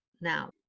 now